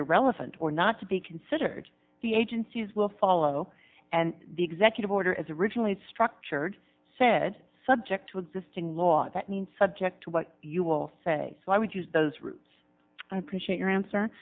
irrelevant or not to be considered the agencies will follow and the executive order as originally structured said subject to existing law that means subject to what you will say so i would use those routes i appreciate your